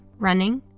running,